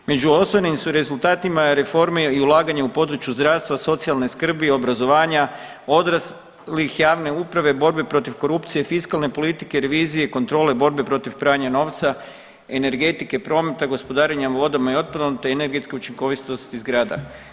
Među ostvarenim su rezultatima reforme i ulaganje u području zdravstva, socijalne skrbi, obrazovanja odraslih, javne uprave, borbe protiv korupcije i fiskalne politike, revizije i kontrole borbe protiv pranja novca, energetike, prometa, gospodarenjem vodama i otpadom, te energetske učinkovitosti zgrada.